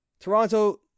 Toronto